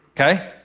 okay